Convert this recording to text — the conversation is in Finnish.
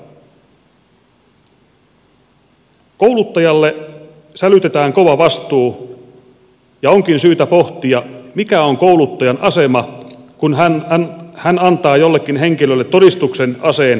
kouluttajalle sälytetään kova vastuu ja onkin syytä pohtia mikä on kouluttajan asema kun hän antaa jollekin henkilölle todistuksen aseen käsittelemisestä